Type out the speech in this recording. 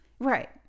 Right